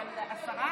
לא.